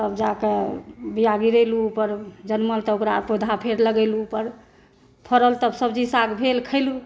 तब जाके बिया गिरेलहुॅं ओकरा जनमल तऽ ओकर पौधा फेर लगेलहुॅं पर फ़रल तब सब्ज़ी साग भेल खयलहुॅं